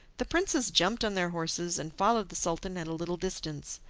the princes jumped on their horses and followed the sultan at a little distance.